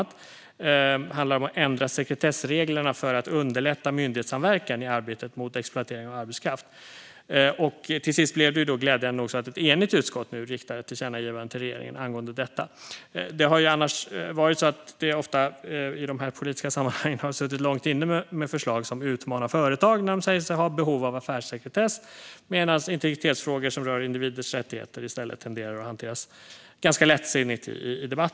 Det handlar om att ändra sekretessreglerna för att underlätta myndighetssamverkan i arbetet mot exploatering av arbetskraft. Till sist är det, glädjande nog, ett enigt utskott som nu riktar ett tillkännagivande till regeringen angående detta. Annars har det ofta i de här politiska sammanhangen suttit långt inne med förslag som utmanar företag, som sägs ha behov av affärssekretess, medan integritetsfrågor som rör individers rättigheter i stället tenderar att hanteras ganska lättsinnigt i debatten.